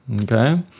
okay